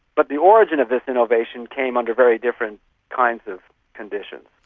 but the origin of this innovation came under very different kinds of conditions.